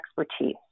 expertise